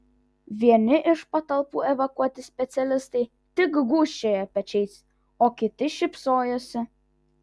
vieni iš patalpų evakuoti specialistai tik gūžčiojo pečiais o kiti šypsojosi